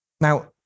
Now